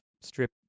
strip